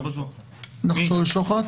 נחשון שוחט,